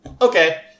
Okay